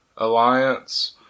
Alliance